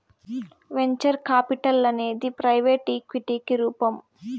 venture capital అనేది private ఈక్విటికి రూపం